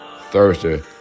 Thursday